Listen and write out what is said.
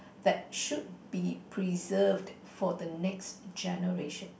that should be preserved for the next generation